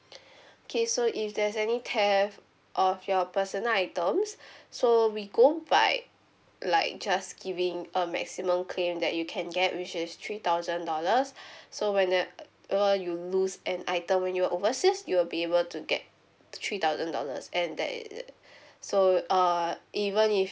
okay so if there's any theft of your personal items so we go by like just giving a maximum claim that you can get which is three thousand dollars so when that uh [one] you lose an item when you're overseas you'll be able to get three thousand dollars and that it it err so uh even if